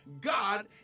God